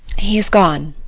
he has gone.